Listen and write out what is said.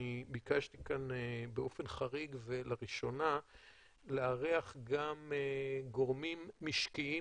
אני ביקשתי כאן באופן חריג ולראשונה לארח גם גורמים משקיים